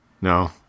No